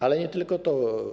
Ale nie tylko to.